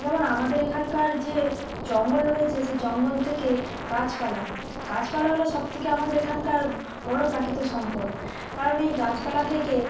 যেমন আমাদের এখানকার যে জঙ্গল রয়েছে সেই জঙ্গল থেকে গাছপালা গাছপালা হল সব থেকে আমাদের এখানকার বড় প্রাকৃতিক সম্পদ কারণ এই গাছপালা থেকে